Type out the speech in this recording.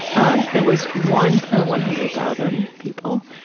um it was one per one hundred thousand people.